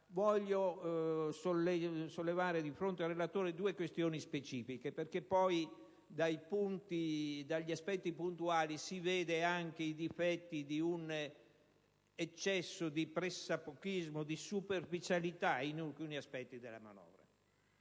voglio sollevare di fronte al relatore due questioni specifiche, perché dagli aspetti puntuali si vedono anche i difetti propri di un eccesso di pressappochismo, di superficialità di alcuni aspetti della manovra.